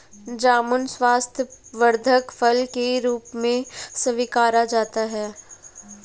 जामुन स्वास्थ्यवर्धक फल के रूप में स्वीकारा जाता है